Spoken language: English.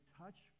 touch